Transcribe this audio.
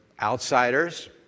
outsiders